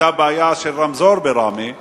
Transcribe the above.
היתה בעיה של רמזור בראמה,